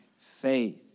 faith